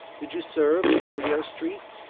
did you serve aungier street?